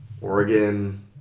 Oregon